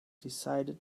decided